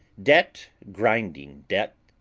debt, grinding debt,